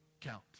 count